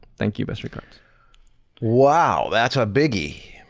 thank you, best regards wow! that's a biggie.